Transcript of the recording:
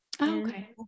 Okay